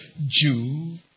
Jew